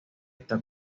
está